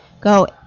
go